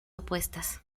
opuestas